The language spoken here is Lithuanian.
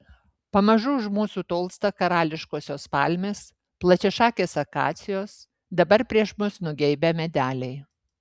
pamažu už mūsų tolsta karališkosios palmės plačiašakės akacijos dabar prieš mus nugeibę medeliai